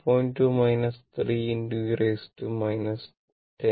2 3 e 10t